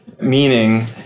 Meaning